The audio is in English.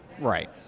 Right